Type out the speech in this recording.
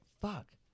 fuck